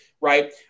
right